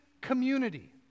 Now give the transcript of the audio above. community